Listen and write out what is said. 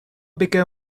begin